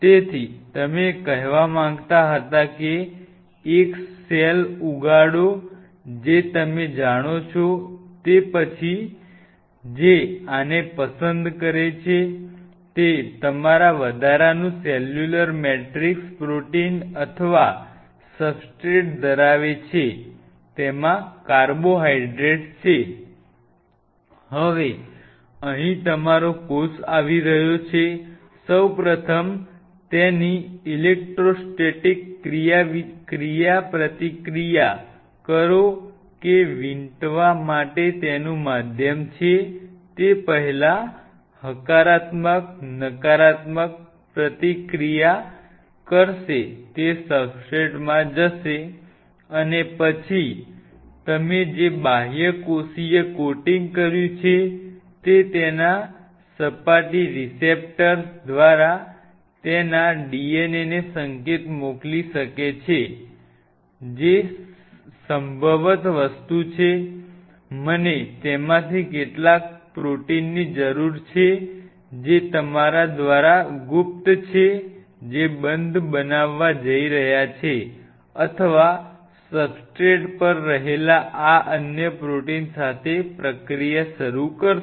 તેથી તમે કહેવા માંગતા હતા કે એક સેલ ઉગાડો જે તમે જાણો છો તે પછી બનાવવા જઈ રહ્યા છે અથવા સબસ્ટ્રેટ પર રહેલા આ અન્ય પ્રોટીન સાથે પ્રક્રિયા શરૂ કરશે